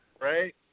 right